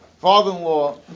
father-in-law